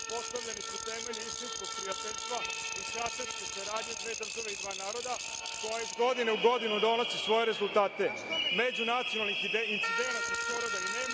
postavljenih u temelju istinskog prijateljstva, uz stratešku saradnju dve države i dva naroda, koja iz godine u godinu donosi svoje rezultate, međunacionalnih incidenata skoro da i nema,